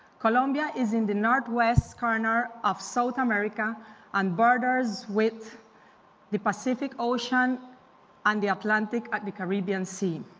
columbia is in the northwest corner of south america and borders with the pacific ocean and the atlantic at the caribbean sea.